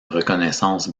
reconnaissance